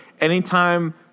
anytime